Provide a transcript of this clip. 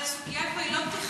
אבל הסוגיה פה היא לא תכנונית,